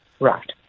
Right